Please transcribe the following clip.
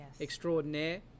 extraordinaire